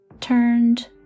turned